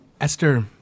Esther